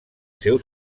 seu